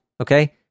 okay